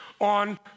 on